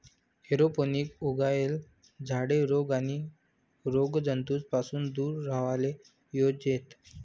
aeroponic उगायेल झाडे रोग आणि रोगजंतूस पासून दूर राव्हाले जोयजेत